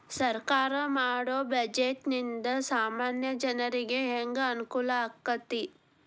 ಸರ್ಕಾರಾ ಮಾಡೊ ಬಡ್ಜೆಟ ನಿಂದಾ ಸಾಮಾನ್ಯ ಜನರಿಗೆ ಹೆಂಗ ಅನುಕೂಲಕ್ಕತಿ?